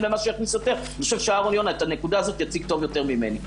למה שיכניס יותר משום שאהרון יונה את הנקודה הזאת יציג טוב יותר ממני.